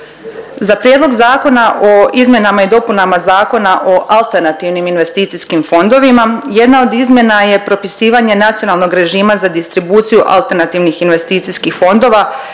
Za Prijedlog Zakona o izmjenama i dopunama Zakona o alternativnim investicijskim fondovima jedna od izmjena je propisivanje nacionalnog režima za distribuciju alternativnih investicijskih fondova